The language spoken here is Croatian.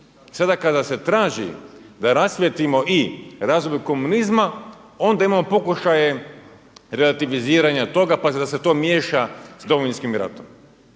Sada kada se traži da rasvijetlimo i razvoj komunizma onda imamo pokušaje relativiziranja toga pa da se to miješa s Domovinskim ratom.